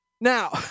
Now